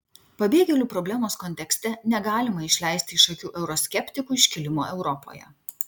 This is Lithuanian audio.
pabėgėlių problemos kontekste negalima išleisti iš akių euroskeptikų iškilimo europoje